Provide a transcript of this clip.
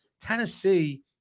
Tennessee